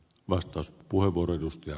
arvoisa puhemies